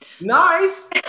Nice